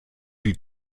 die